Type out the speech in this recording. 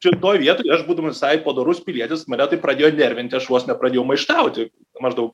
šitoj vietoj aš būdamas visai padorus pilietis mane tai pradėjo nervinti aš vos nepradėjau maištauti maždaug